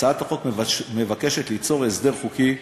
הצעת החוק מבקשת ליצור הסדר חוקי,